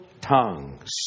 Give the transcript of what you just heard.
Tongues